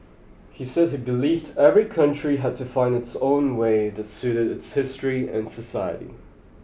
he said he believed every country had to find its own way that suited its history and society